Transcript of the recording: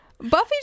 Buffy